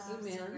Amen